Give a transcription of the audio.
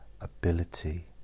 ability